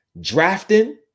drafting